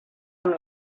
amb